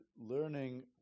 learning